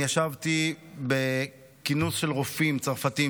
ישבתי בכינוס של רופאים צרפתים,